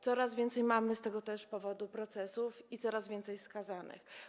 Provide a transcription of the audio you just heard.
Coraz więcej mamy też z tego powodu procesów i coraz więcej skazanych.